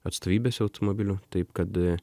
atstovybėse automobilių taip kad